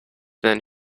then